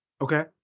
Okay